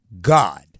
God